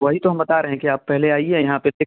वही तो हम बता रहे हैं कि आप पहले आइए यहाँ पर देख